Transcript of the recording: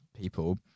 people